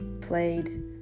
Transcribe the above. played